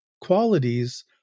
qualities